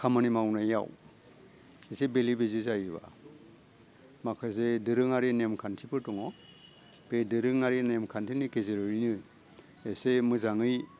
खामानि मावनायाव एजे बेले बेजे जायोबा माखासे दोरोङारि नेम खान्थिफोर दङ बे दोरोङारि नेम खान्थिनि गेजेरैनो जेसे मोजाङै